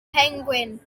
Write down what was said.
penguin